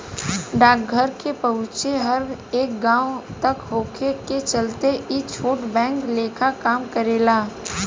डाकघर के पहुंच हर एक गांव तक होखे के चलते ई छोट बैंक लेखा काम करेला